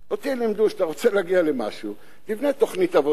אותי לימדו שכשאתה רוצה להגיע למשהו תבנה תוכנית עבודה,